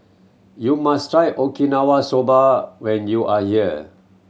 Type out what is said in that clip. you must try Okinawa Soba when you are here